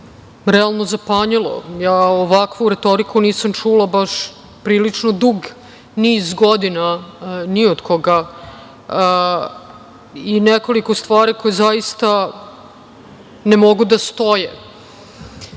realno zapanjilo. Ja ovakvu retoriku nisam čula baš prilično dug niz godina ni od koga i nekoliko stvari koje zaista ne mogu da stoje. Prvo,